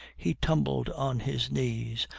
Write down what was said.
he tumbled on his knees,